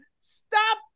stop